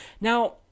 Now